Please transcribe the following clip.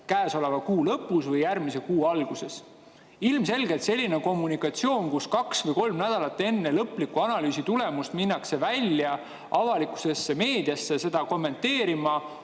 käesoleva kuu lõpus või järgmise kuu alguses. Ilmselgelt selline kommunikatsioon, kus kaks või kolm nädalat enne lõpliku analüüsi tulemusi minnakse avalikkusesse, meediasse seda kommenteerima,